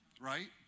right